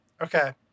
Okay